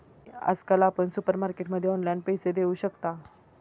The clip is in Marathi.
आजकाल आपण सुपरमार्केटमध्ये ऑनलाईन पैसे देऊ शकता